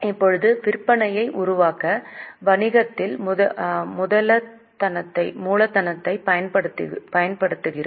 இப்போது விற்பனையை உருவாக்க வணிகத்தில் மூலதனத்தைப் பயன்படுத்துகிறோம்